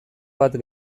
bat